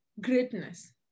greatness